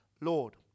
Lord